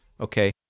okay